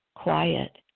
Quiet